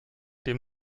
dem